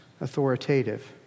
authoritative